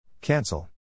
Cancel